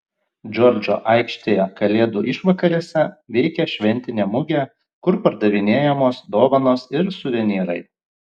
džordžo aikštėje kalėdų išvakarėse veikia šventinė mugė kur pardavinėjamos dovanos ir suvenyrai